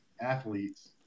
athletes